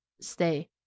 stay